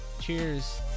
cheers